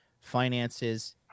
Finances